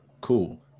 cool